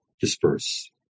disperse